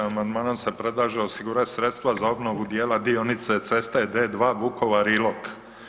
Amandmanom se predlaže osigurat sredstava za obnovu dijela dionice ceste D-2 Vukovar-Ilok.